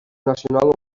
nacional